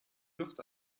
luft